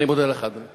אני מודה לך, אדוני.